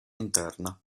interna